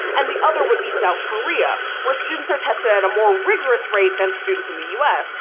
and the other would be south korea, where students are tested a more rigorous rate than students in the u s.